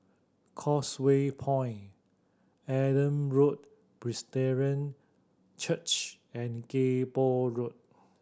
Causeway Point Adam Road Presbyterian Church and Kay Poh Road